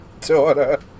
daughter